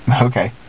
Okay